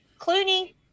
Clooney